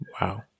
Wow